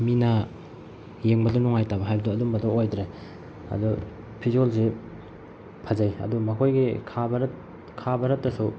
ꯃꯤꯅ ꯌꯦꯡꯕꯗ ꯅꯨꯡꯉꯥꯏꯇꯕ ꯍꯥꯏꯕꯗꯣ ꯑꯗꯨꯝꯕꯗꯣ ꯑꯣꯏꯗ꯭ꯔꯦ ꯑꯗꯣ ꯐꯤꯖꯣꯜꯁꯦ ꯐꯖꯩ ꯑꯗꯨ ꯃꯈꯣꯏꯒꯤ ꯈꯥ ꯚꯥꯔꯠ ꯈꯥ ꯚꯥꯔꯠꯇꯁꯨ